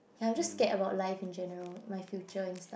ya I'm just scared about life in general my future and stuff